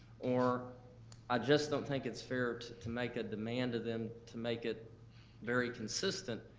or i just don't think it's fair to to make a demand of them, to make it very consistent,